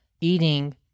eating